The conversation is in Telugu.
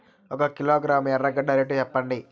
ఒక కిలోగ్రాము ఎర్రగడ్డ రేటు సెప్పండి?